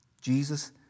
Jesus